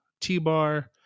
T-Bar